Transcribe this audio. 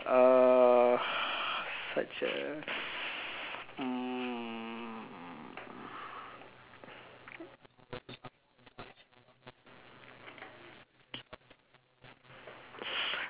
such as mm